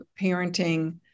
parenting